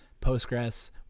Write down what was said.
Postgres